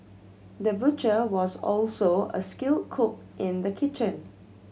the butcher was also a skilled cook in the kitchen